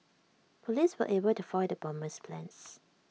Police were able to foil the bomber's plans